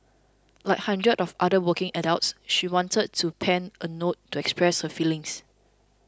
like hundreds of other working adults she wanted to pen a note to express her feelings